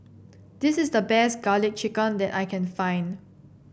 this is the best garlic chicken that I can find